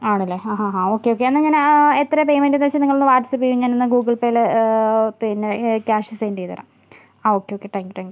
ആണ് അല്ലേ ഹാ ഹാ ഓക്കെ ഓക്കെ എന്നാൽ ഞാൻ എത്രയാണ് പേയ്മെന്റ് എന്ന് വച്ചാൽ നിങ്ങളൊന്ന് വാട്ട്സപ്പ് ചെയ്യുമോ ഞാൻ എന്നാൽ ഗൂഗിൾ പേയിൽ പിന്നെ ക്യാഷ് സെന്റ് ചെയ്ത് തരാം ആ okay okay thank you thank U